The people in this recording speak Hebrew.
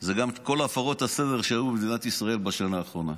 הם גם כל הפרות הסדר שהיו במדינת ישראל בשנה האחרונה,